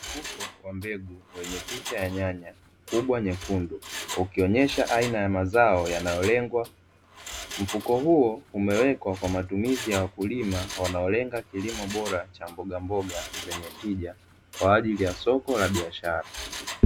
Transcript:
Mfuko wa mbegu wenye picha ya nyanya kubwa nyekundu, ukionyesha aina ya mazao yanayolengwa. Mfuko huo umewekwa kwa matumizi ya wakulima wanaolenga kilimo bora cha mbogamboga zenye tija kwa ajili ya soko la biashara.